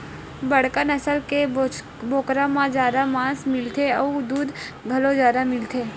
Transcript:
बड़का नसल के बोकरा म जादा मांस मिलथे अउ दूद घलो जादा मिलथे